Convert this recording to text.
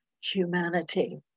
humanity